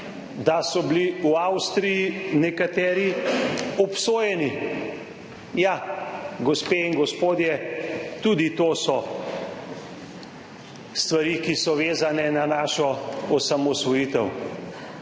da so bili v Avstriji nekateri obsojeni. Ja, gospe in gospodje, tudi to so stvari, ki so vezane na našo osamosvojitev.